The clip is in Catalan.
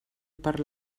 per